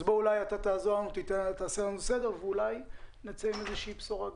אז אולי תעשה לנו סדר ואולי גם נצא עם איזושהי בשורה.